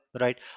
right